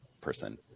person